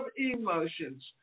emotions